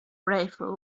bravo